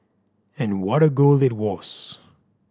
and what a goal it was